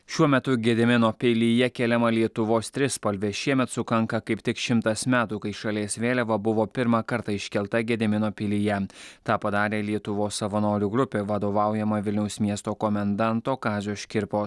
šiuo metu gedimino pilyje keliama lietuvos trispalvė šiemet sukanka kaip tik šimtas metų kai šalies vėliava buvo pirmą kartą iškelta gedimino pilyje tą padarė lietuvos savanorių grupė vadovaujama vilniaus miesto komendanto kazio škirpos